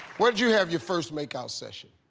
where did you have your first make-out session?